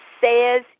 says